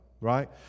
right